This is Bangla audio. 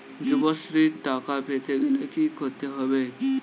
যুবশ্রীর টাকা পেতে গেলে কি করতে হবে?